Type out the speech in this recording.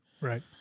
Right